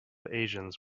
asians